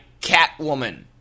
Catwoman